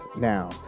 Now